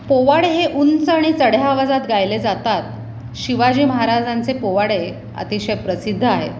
पोवाडे हे उंच आणि चढ्या आवाजात गायले जातात शिवाजी महाराजांचे पोवाडे अतिशय प्रसिद्ध आहे